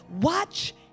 watch